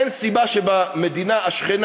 אין סיבה שהמדינה השכנה,